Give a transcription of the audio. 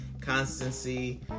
Constancy